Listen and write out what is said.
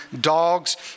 dogs